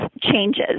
changes